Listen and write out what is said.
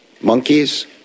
monkeys